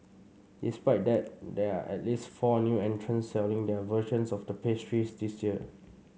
despite that there are at least four new entrants selling their versions of the pastries this year